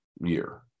year